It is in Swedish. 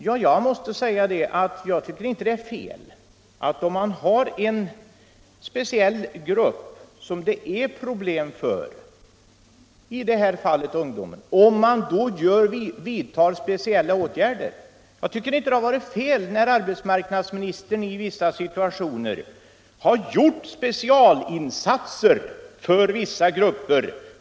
Ja, jag måste säga att jag inte tycker att det är fel att vidta speciella åtgärder för en viss grupp, i detta fall ungdomen, som har särskilda problem. Jag tycker inte att det varit fel att arbetsmarknadsministern i vissa situationer har gjort specialinsatser för vissa grupper.